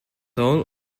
all